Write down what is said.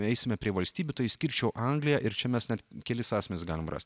eisime prie valstybių tai išskirčiau angliją ir čia mes net kelis asmenis galim rast